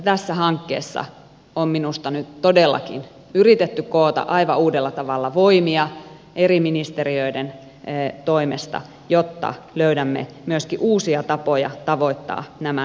tässä hankkeessa on minusta nyt todellakin yritetty koota aivan uudella tavalla voimia eri ministeriöiden toimesta jotta löydämme myöskin uusia tapoja tavoittaa nämä nuoret